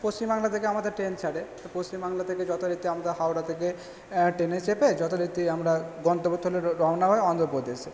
পশ্চিমবাংলা থেকে আমাদের ট্রেন ছাড়ে তো পশ্চিমবাংলা থেকে যথারীতি আমরা হাওড়া থেকে ট্রেনে চেপে যথারীতি আমরা গন্তব্যস্থলে রওনা হই অন্ধ্রপ্রদেশে